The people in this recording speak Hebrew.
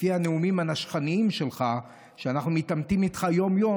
לפי הנאומים הנשכניים שלך כשאנחנו מתעמתים איתך יום-יום,